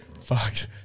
Fucked